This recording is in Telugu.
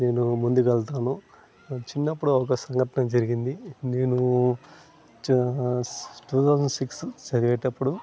నేను ముందుకి వెళ్తాను నా చిన్నప్పుడు ఒక సంఘటన జరిగింది నేను స టూ థౌజండ్ సిక్స్ చదివేటప్పుడు